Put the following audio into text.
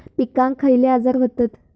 पिकांक खयले आजार व्हतत?